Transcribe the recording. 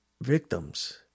victims